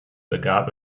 begab